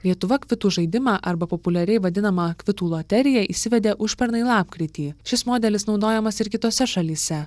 lietuva kvitų žaidimą arba populiariai vadinamą kvitų loteriją įsivedė užpernai lapkritį šis modelis naudojamas ir kitose šalyse